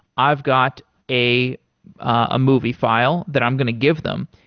i've got a ah movie file that i'm going to give them.